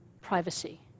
privacy